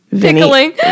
Tickling